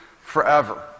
forever